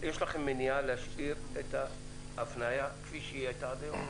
יש לכם מניעה להשאיר את ה --- כפי שהיא הייתה עד היום?